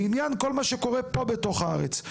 לעניין כל מה שקורה פה בתוך הארץ,